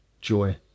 joy